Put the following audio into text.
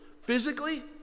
Physically